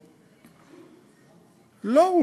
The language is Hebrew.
לא,